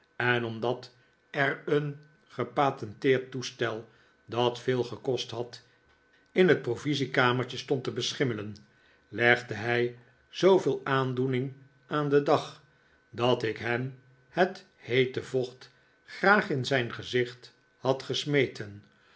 en omdat er een gepatenteerd toestel dat veel geld gekost had in het provisiekamertje stond te beschimmelen legde hij zooveel aandoening aan den dag dat ik hem het heete vocht graag in zijn gezicht had gesmeten